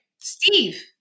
Steve